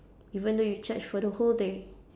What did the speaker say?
even though you charge for the whole day